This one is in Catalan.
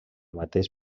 mateix